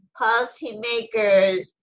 policymakers